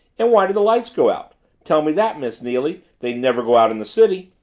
and why did the lights go out tell me that, miss neily? they never go out in the city.